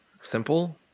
simple